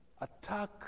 attack